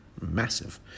massive